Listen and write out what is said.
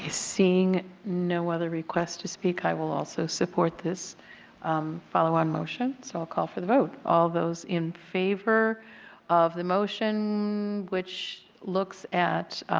ah seeing no other request to speak, i will also support this follow-on motion. so i'll call for the vote. all those in favor of the motion which looks at